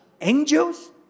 angels